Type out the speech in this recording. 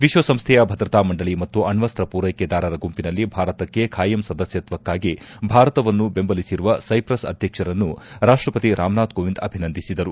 ವಿಶ್ವಸಂಸ್ದೆಯ ಭದ್ರತಾ ಮಂಡಳಿ ಮತ್ತು ಅಣ್ವಸ್ತ್ರ ಪೂರೈಕೆದಾರರ ಗುಂಪಿನಲ್ಲಿ ಭಾರತಕ್ಕೆ ಖಾಯಂ ಸದಸ್ಯತ್ವಕ್ಕಾಗಿ ಭಾರತವನ್ನು ಬೆಂಬಲಿಸಿರುವ ಸೈಪ್ರಸ್ ಅಧ್ಯಕ್ಷರನ್ನು ರಾಷ್ಟ್ರಪತಿ ರಾಮನಾಥ್ ಕೋವಿಂದ್ ಅಭಿನಂದಿಸಿದರು